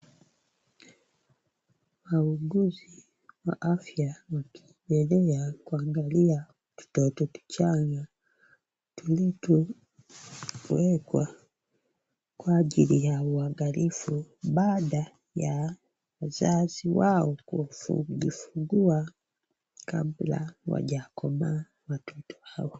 Wauguzi wa afya wakiendelea kuangalia tutoto tuchanga tukitwo ekwa kwa ajili ya uangalifu baada ya wazazi wao kujifungua kabla hawaja komaa wakati wao.